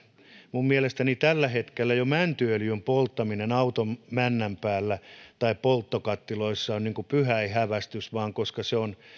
minun mielestäni jo tällä hetkellä mäntyöljyn polttaminen auton männän päällä tai polttokattiloissa on niin kuin pyhäinhäväistys se on